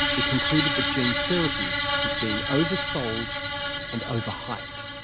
it concluded that gene therapy was being oversold and over-hyped.